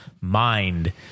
mind